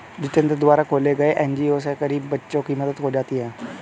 जितेंद्र द्वारा खोले गये एन.जी.ओ से गरीब बच्चों की मदद हो जाती है